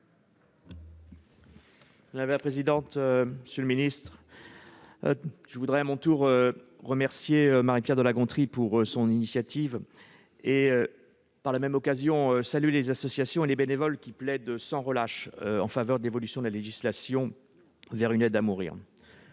Madame la présidente, monsieur le ministre, mes chers collègues, à mon tour, je remercie Marie-Pierre de La Gontrie de son initiative et, par la même occasion, je salue les associations et les bénévoles qui plaident sans relâche en faveur de l'évolution de la législation vers une aide à mourir.